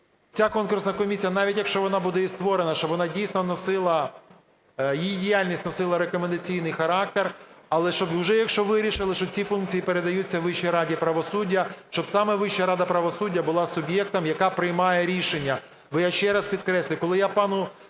ця конкурсна комісія, навіть якщо вона буде і створена, щоб вона дійсно носила, її діяльність носила рекомендаційний характер. Але щоб уже, якщо вирішили, що ці функції передаються Вищій раді правосуддя, щоб саме Вища рада правосуддя була суб'єктом, яка приймає рішення. Бо я ще раз підтверджую,